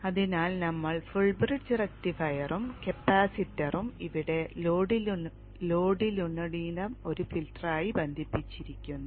അതിനാൽ നമ്മൾ ഫുൾബ്രിഡ്ജ് റക്റ്റിഫയറും കപ്പാസിറ്ററും ഇവിടെ ലോഡിലുടനീളം ഒരു ഫിൽട്ടറായി ബന്ധിപ്പിച്ചിരിക്കുന്നു